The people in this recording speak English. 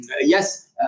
Yes